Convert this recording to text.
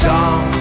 Song